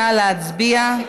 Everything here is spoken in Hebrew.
נא להצביע.